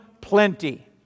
plenty